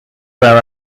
their